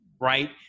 right